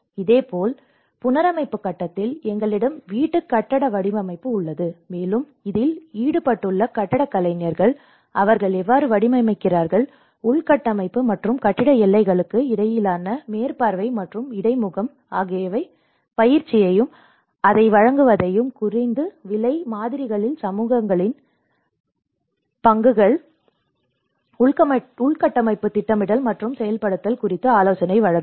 இதேபோல் புனரமைப்பு கட்டத்தில் எங்களிடம் வீட்டுக் கட்டட வடிவமைப்பு உள்ளது மேலும் இதில் ஈடுபட்டுள்ள கட்டடக் கலைஞர்கள் அவர்கள் எவ்வாறு வடிவமைக்கிறார்கள் உள்கட்டமைப்பு மற்றும் கட்டிட எல்லைகளுக்கு இடையிலான மேற்பார்வை மற்றும் இடைமுகம் ஆகியவை பயிற்சியையும் அதை வழங்குவதையும் குறைந்த விலை மாதிரிகளில் சமூகங்களின் பங்களிப்பு மற்றும் மேற்பார்வை சில வழிகாட்டுதல் சில வழிகாட்டுதல்களை வழங்குதல் உள்கட்டமைப்பு திட்டமிடல் மற்றும் செயல்படுத்தல் குறித்து ஆலோசனை வழங்குதல்